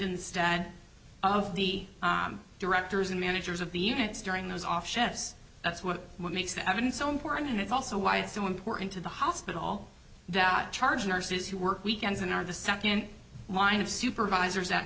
instead of the directors and managers of the units during those off chefs that's what makes the evidence so important and it's also why it's so important to the hospital that charge nurses who work weekends and are the second line of supervisors